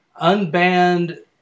unbanned